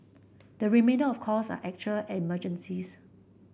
the remainder of calls are actual emergencies